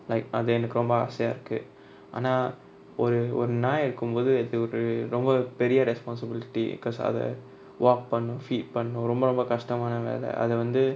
like அத எனக்கு ரொம்ப ஆசயா இருக்கு ஆனா ஒரு ஒரு நாய் இருக்கும்போது அது ஒரு ரொம்ப பெரிய:atha enaku romba aasaya iruku aana oru oru naai irukumpothu athu oru romba periya responsibility because அத:atha walk பன்னு:pannu feed பன்னு ரொம்ப ரொம்ப கஷ்டமான வேல அதவந்து:pannu romba romba kastamana vela athavanthu